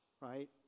right